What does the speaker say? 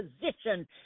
position